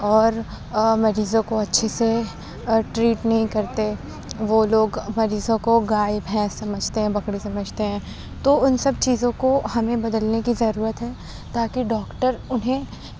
اور مریضوں کو اچھے سے ٹریٹ نہیں کرتے وہ لوگ مریضوں کو گائے بھینس سمجھتے ہیں بکری سمجھتے ہیں تو اُن سب چیزوں کو ہمیں بدلنے کی ضرورت ہے تاکہ ڈاکٹر اُنہیں